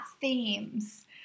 themes